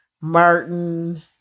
Martin